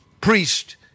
priest